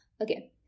Okay